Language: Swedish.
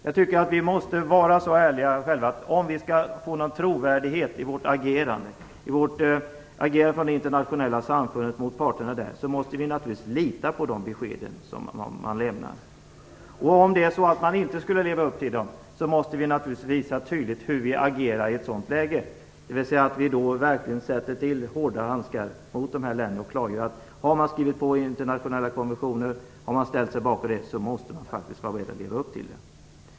Jag tycker att vi måste vara så ärliga om vi skall få någon trovärdighet i vårt agerande. Om vi i det internationella samfundet skall få någon trovärdighet i vårt agerande mot parterna där måste vi naturligtvis lita på de besked som de lämnar. Om det är så att man inte lever upp till detta måste vi naturligtvis visa tydligt hur vi agerar i ett sådant läge. Då måste vi verkligen ta i med hårdhandskarna mot de här länderna och klargöra att om man har skrivit på internationella konventioner och ställt sig bakom dem måste man faktiskt vara beredd att leva upp till dem.